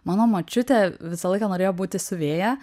mano močiutė visą laiką norėjo būti siuvėja